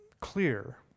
clear